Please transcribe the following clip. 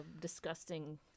disgusting